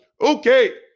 Okay